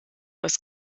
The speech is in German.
aus